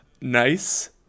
nice